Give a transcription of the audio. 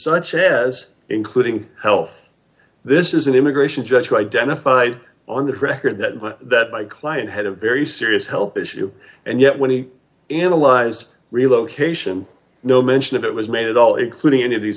such as including health this is an immigration judge who identified on the record that my client had a very serious health issue and yet when he analyzed relocation no mention of it was made at all including any of these